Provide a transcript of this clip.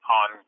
on